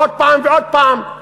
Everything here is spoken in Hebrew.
ועוד פעם ועוד פעם.